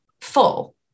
full